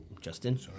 Justin